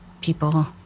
people